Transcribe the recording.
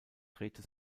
drehte